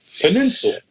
Peninsula